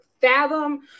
fathom